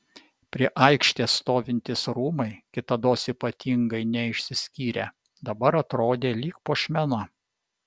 prie aikštės stovintys rūmai kitados ypatingai neišsiskyrę dabar atrodė lyg puošmena